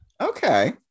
Okay